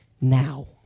now